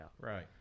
right